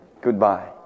goodbye